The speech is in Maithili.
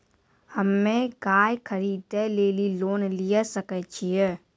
हम्मे गाय खरीदे लेली लोन लिये सकय छियै?